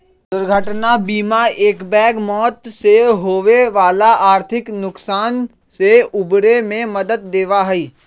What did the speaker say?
दुर्घटना बीमा एकबैग मौत से होवे वाला आर्थिक नुकसान से उबरे में मदद देवा हई